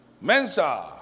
Mensa